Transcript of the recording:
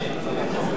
?